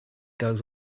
goes